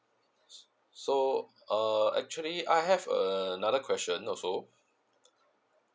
so uh actually I have uh another question also